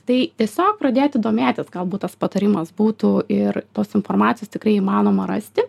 tai tiesiog pradėti domėtis galbūt tas patarimas būtų ir tos informacijos tikrai įmanoma rasti